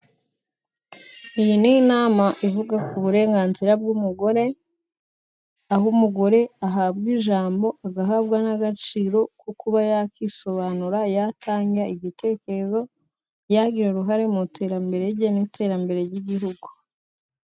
Iyi ni inama ivuga ku burenganzira bw'umugore, aho umugore ahabwa ijambo agahabwa n'agaciro ko kuba yakisobanura yatanga igitekerezo, yagira uruhare mu iterambere rye n'iterambere ry'igihugu.